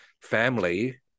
family